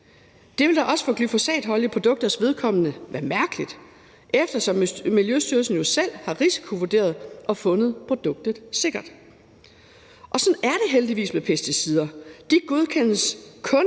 Det vil da også for glyfosatholdige produkters vedkommende være mærkeligt, eftersom Miljøstyrelsen jo selv har risikovurderet og fundet produktet sikkert. Sådan er det heldigvis med pesticider. De godkendes kun